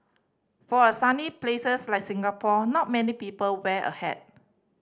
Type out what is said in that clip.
for a sunny places like Singapore not many people wear a hat